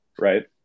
right